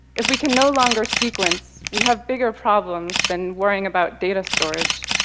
if we can no longer sequence, we have bigger problems than worrying about data storage.